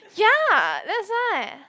ya that's why